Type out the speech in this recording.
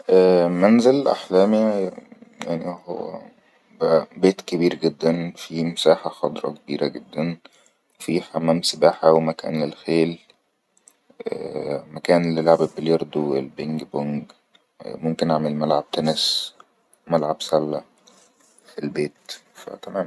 منزل احلامي يعني هو بي-بيت كبير جدن فيه مساحة خضرة كبيرة جدا فيه حمام سباحة ومكان للخيل مكان للعب باليردو البنج بونج ممكن عمل ملعب تنس وملعب سلة في البيت فا تمام